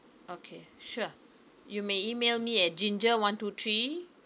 okay sure you may email me at ginger one two three